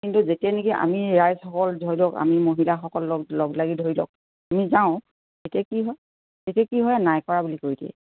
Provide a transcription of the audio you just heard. কিন্তু যেতিয়া নেকি আমি ৰাইজসকল ধৰি লওক আমি মহিলাসকল লগ লাগি ধৰি লওক আমি যাওঁ তেতিয়া কি হয় তেতিয়া কি হয় নাই কৰা বুলি কৈ দিয়ে